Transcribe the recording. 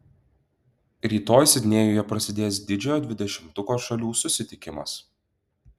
rytoj sidnėjuje prasidės didžiojo dvidešimtuko šalių susitikimas